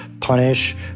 punish